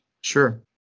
Sure